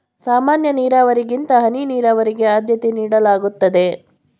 ಸಾಮಾನ್ಯ ನೀರಾವರಿಗಿಂತ ಹನಿ ನೀರಾವರಿಗೆ ಆದ್ಯತೆ ನೀಡಲಾಗುತ್ತದೆ